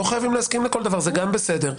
לא חייבים להסכים לכל דבר, זה גם בסדר.